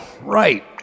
right